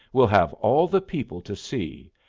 we'll have all the people to see.